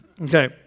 okay